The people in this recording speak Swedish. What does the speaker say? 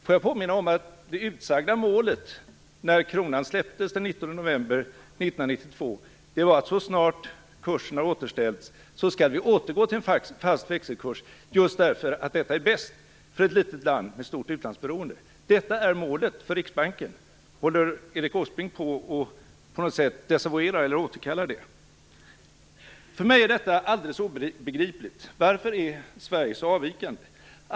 Får jag då påminna om att det utsagda målet, när kronan släpptes den 19 november 1992, var att så snart kursen återställts återgå till en fast växelkurs, just därför att detta är bäst för ett litet land med stort utlandsberoende. Detta är målet för Riksbanken. Håller Erik Åsbrink på något sätt på att desavouera eller återkalla det? För mig är detta alldeles obegripligt. Varför är Sverige så avvikande?